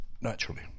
Naturally